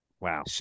Wow